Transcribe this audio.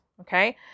okay